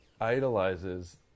idolizes